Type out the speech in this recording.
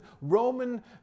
Roman